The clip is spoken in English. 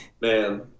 Man